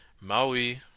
Maui